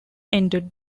ended